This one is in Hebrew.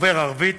דובר ערבית,